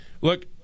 Look